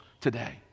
today